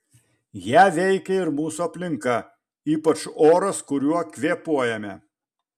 ją veikia ir mūsų aplinka ypač oras kuriuo kvėpuojame